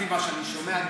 לפי מה שאני שומע,